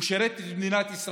הוא שירת את מדינת ישראל,